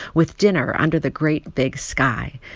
with dinner under the great, big sky.